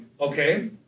Okay